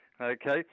Okay